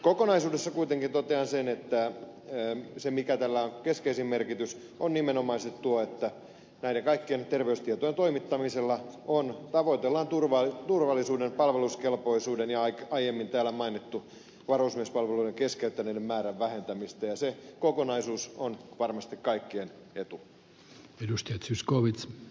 kokonaisuudessa kuitenkin totean sen että se mikä tällä on keskeisin merkitys on nimenomaisesti tuo että näiden kaikkien terveystietojen toimittamisella tavoitellaan turvallisuutta ja aiemmin täällä mainittua varusmiespalveluksen keskeyttäneiden määrän vähentämistä ja se kokonaisuus on varmasti kaikkien etu